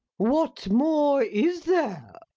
what more is there?